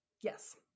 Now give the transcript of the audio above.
Yes